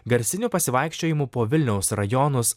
garsinių pasivaikščiojimų po vilniaus rajonus